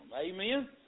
Amen